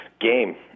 game